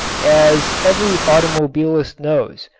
as every automobilist knows,